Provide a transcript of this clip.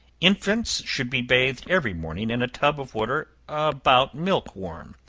infants should be bathed every morning in a tub of water about milk warm,